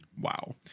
Wow